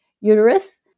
uterus